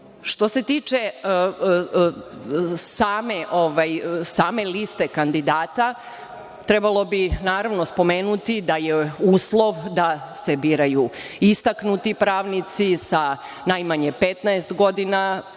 se tiče same liste kandidata, trebalo bi spomenuti da je uslov da se biraju istaknuti pravnici sa najmanje 15 godina